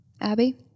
Abby